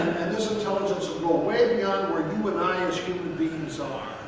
and this intelligence will go way beyond where you and i as human beings are.